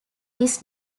his